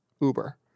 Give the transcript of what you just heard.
Uber